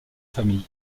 famille